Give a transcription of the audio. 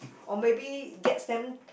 or maybe gets them